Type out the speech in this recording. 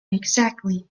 exactly